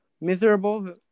Miserable